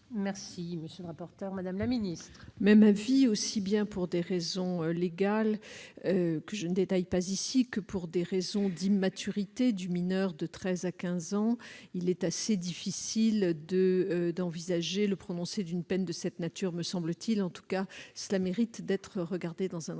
monsieur le rapporteur, madame la ministre,